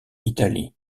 italie